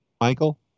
Michael